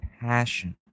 passion